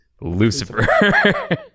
Lucifer